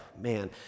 man